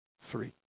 three